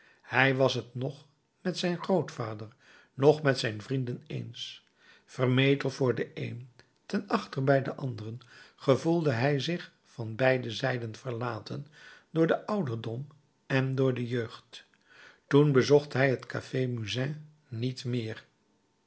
hij was t noch met zijn grootvader noch met zijn vrienden eens vermetel voor den een ten achter bij de anderen gevoelde hij zich van beide zijden verlaten door den ouderdom en door de jeugd toen bezocht hij het café musain niet meer